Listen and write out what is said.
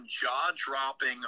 jaw-dropping